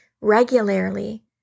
regularly